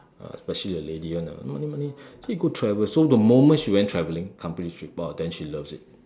ah especially the lady [one] lah money money so you go travel so the moment she went travelling company trip !wow! then she loves it